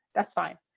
that's fine.